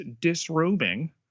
disrobing